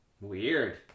Weird